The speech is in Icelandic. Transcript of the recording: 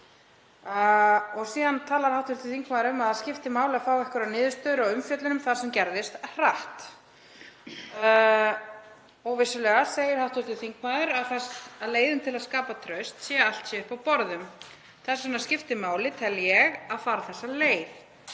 Síðan talar hv. þingmaður um að það skipti máli að fá einhverjar niðurstöður og umfjöllun um það sem gerðist hratt. Vissulega segir hv. þingmaður að leiðin til að skapa traust sé að allt sé uppi á borðum. „Þess vegna skiptir máli, tel ég, að fara þessa leið.